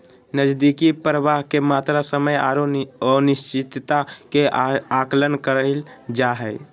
नकदी प्रवाह के मात्रा, समय औरो अनिश्चितता के आकलन कइल जा हइ